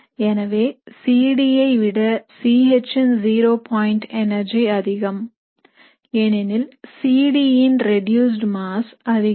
எனவே C D ஐ விட C H ன் ஜீரோ பாயிண்ட் எனர்ஜி அதிகம் ஏனெனில் C D ன் reduced mass அதிகம்